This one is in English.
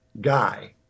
guy